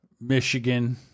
Michigan